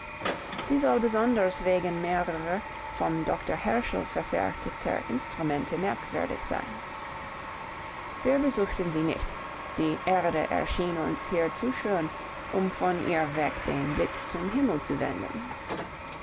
sie soll besonders wegen mehrerer vom doktor herschel verfertigter instrumente merkwürdig sein wir besuchten sie nicht die erde erschien uns hier zu schön um von ihr weg den blick zum himmel zu wenden